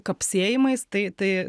kapsėjimais tai tai